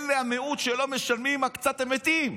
אלה, המיעוט שלא משלמים, הקצת, הם מתים.